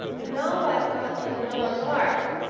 now i've got to the noah's ark,